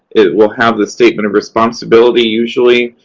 it will have the statement of responsibility, usually.